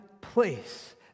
place